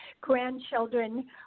grandchildren